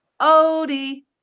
Odie